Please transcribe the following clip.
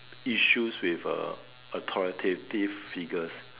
issues with uh authoritative figures